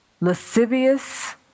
lascivious